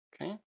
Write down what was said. okay